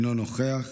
אינו נוכח,